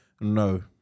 No